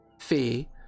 fee